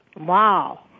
Wow